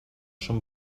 són